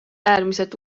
äärmiselt